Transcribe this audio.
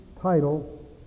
title